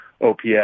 OPS